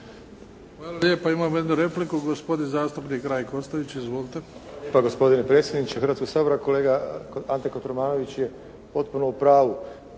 Hvala lijepo. Imamo jednu repliku, gospodin zastupnik Rajko Ostojić. Izvolite. **Ostojić, Rajko (SDP)** Hvala lijepa gospodine predsjedniče Hrvatskoga sabora, kolega Ante Kotromanović je potpuno u pravu.